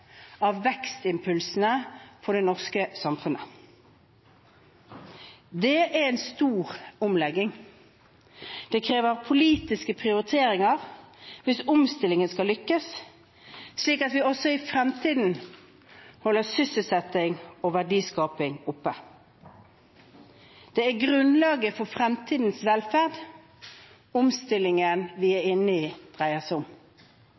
av vekstimpulsene for det norske samfunnet. Det er en stor omlegging. Det krever politiske prioriteringer hvis omstillingen skal lykkes, slik at vi også i fremtiden holder sysselsetting og verdiskaping oppe. Det er grunnlaget for fremtidens velferd omstillingen vi er inne i, dreier seg om.